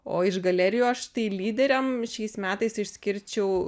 o iš galerijų aš tai lyderiam šiais metais išskirčiau